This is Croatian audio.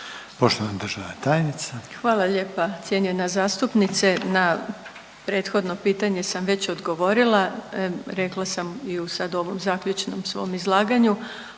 Vuksanović, Irena (HDZ)** Hvala lijepa cijenjena zastupnice, na prethodno pitanje sam već odgovorila, rekla sam i u sad ovom zaključnom svom izlaganju,